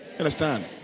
understand